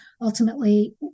ultimately